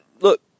look